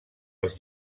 els